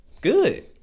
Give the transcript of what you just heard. Good